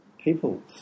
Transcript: people